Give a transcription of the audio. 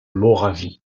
moravie